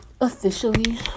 officially